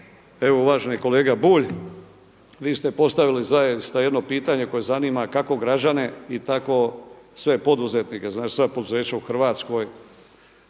Evo uvaženi kolega Bulj, vi ste postavili zaista jedno pitanje koje zanima kako građane i tako sve poduzetnike, znači sva poduzeća u Hrvatskoj.